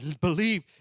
believe